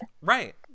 right